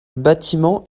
bâtiment